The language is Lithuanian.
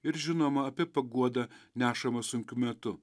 ir žinoma apie paguodą nešamą sunkiu metu